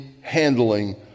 handling